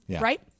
Right